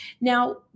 Now